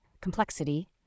complexity